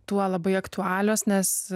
tuo labai aktualios nes